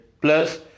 plus